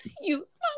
use